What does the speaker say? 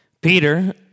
Peter